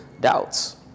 doubts